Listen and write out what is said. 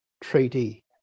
treaty